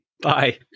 Bye